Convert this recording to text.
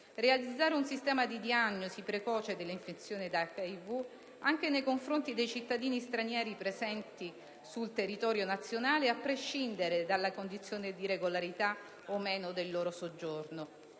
realizzare un sistema di diagnosi precoce dell'infezione da HIV, anche nei confronti dei cittadini stranieri presenti sul territorio nazionale, a prescindere dalla condizione di regolarità o meno del loro soggiorno;